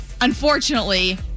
unfortunately